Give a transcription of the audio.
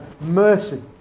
mercy